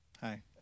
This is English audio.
Hi